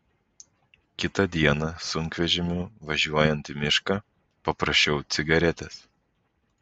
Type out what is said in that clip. kitą dieną sunkvežimiu važiuojant į mišką paprašiau cigaretės